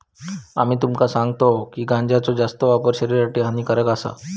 आम्ही तुमका सांगतव की गांजाचो जास्त वापर शरीरासाठी हानिकारक आसा